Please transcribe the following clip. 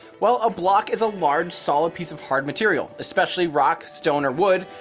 well, a block is a large solid piece of hard material, especially rock, stone, or wood,